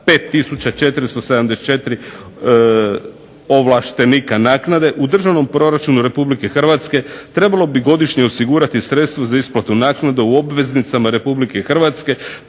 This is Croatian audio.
5474 ovlaštenika naknade." U državnom proračunu Republike Hrvatske trebalo bi godišnje osigurati sredstva za isplatu naknade u obveznicama Republike Hrvatske